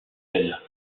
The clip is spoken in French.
elle